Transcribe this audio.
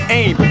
aim